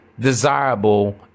Desirable